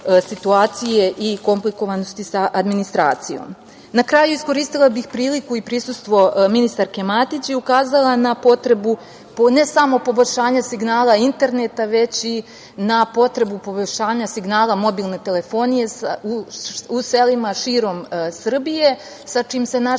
i komplikovanosti sa administracijom. Na kraju, iskoristila bih priliku i prisustvo ministarke Matić i ukazala na potrebu ne samo poboljšanja signala interneta, već i na potrebu poboljšanja signala mobilne telefonije u selima širom Srbije sa čime se naši